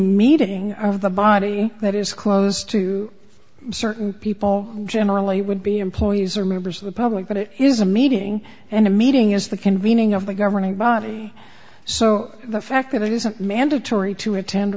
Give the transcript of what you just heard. meeting of the body that is close to certain people generally would be employees or members of the public but it is a meeting and a meeting is the convening of the governing body so the fact that it isn't mandatory to attend